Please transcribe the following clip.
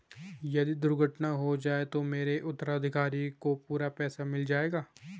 यदि दुर्घटना हो जाये तो मेरे उत्तराधिकारी को पूरा पैसा मिल जाएगा?